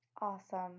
Awesome